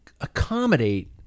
accommodate